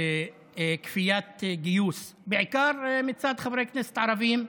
שבכפיית גיוס, בעיקר מצד חברי כנסת ערבים,